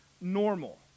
normal